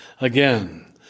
again